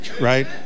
right